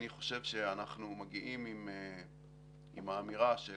אני חושב שאנחנו מגיעים עם האמירה של